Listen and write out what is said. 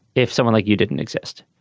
if someone like you didn't exist.